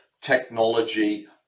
technology